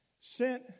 sent